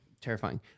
Terrifying